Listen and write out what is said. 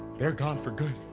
they're gone for good